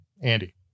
Andy